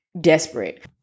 desperate